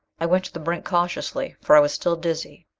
i went to the brink cautiously, for i was still dizzy.